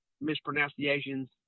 mispronunciations